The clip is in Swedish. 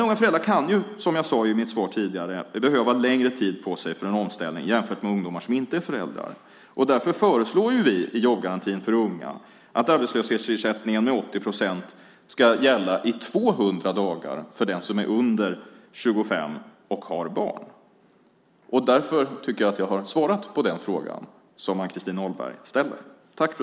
Unga föräldrar kan, som jag sade tidigare i mitt svar, behöva längre tid på sig för en omställning jämfört med ungdomar som inte är föräldrar. Därför föreslår vi i jobbgarantin för unga att arbetslöshetsersättningen med 80 procent ska gälla i 200 dagar för den som är under 25 år och har barn. Därmed tycker jag att jag har svarat på den fråga som Ann-Christin Ahlberg ställer.